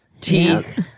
teeth